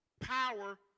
power